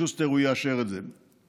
שוסטר, והוא יאשר את זה.